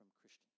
Christians